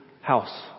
house